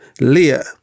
Leah